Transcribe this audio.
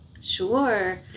Sure